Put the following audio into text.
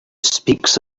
speaks